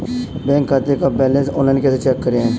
Bank खाते का balance online कैसे चेक करें?